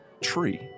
tree